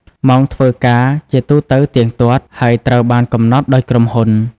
ម៉ោងធ្វើការជាទូទៅទៀងទាត់ ហើយត្រូវបានកំណត់ដោយក្រុមហ៊ុន។